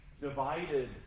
divided